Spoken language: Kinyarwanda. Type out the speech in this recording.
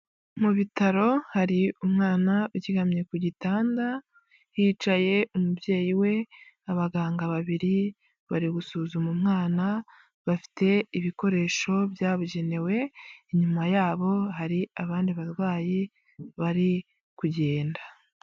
Mu bitaro hari umwana uryamye ku gitanda, hicaye umubyeyi we abaganga babiri, bari gusuzuma umwana bafite ibikoresho byabugenewe, inyuma yabo hari abandi barwayi bari kugenda.